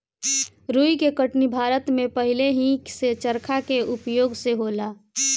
रुई के कटनी भारत में पहिलेही से चरखा के उपयोग से होला